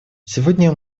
сегодня